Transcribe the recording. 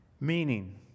meaning